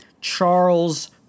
Charles